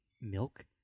milk